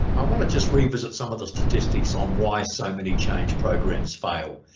i want to just revisit some of the statistics on why so many change programs fail,